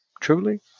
Truly